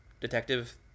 detective